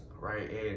right